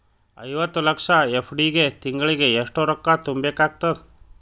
ಐವತ್ತು ಲಕ್ಷ ಎಫ್.ಡಿ ಗೆ ತಿಂಗಳಿಗೆ ಎಷ್ಟು ರೊಕ್ಕ ತುಂಬಾ ಬೇಕಾಗತದ?